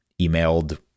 emailed